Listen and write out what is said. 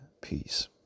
Peace